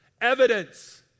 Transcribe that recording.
Evidence